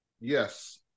Yes